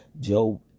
Job